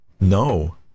no